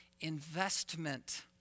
investment